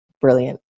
brilliant